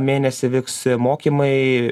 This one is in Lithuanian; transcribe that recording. mėnesį vyks mokymai